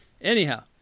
Anyhow